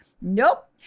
Nope